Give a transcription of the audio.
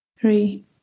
three